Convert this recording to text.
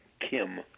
Kim